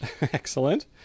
Excellent